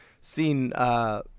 seen